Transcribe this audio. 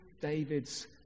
David's